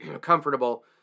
comfortable